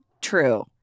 true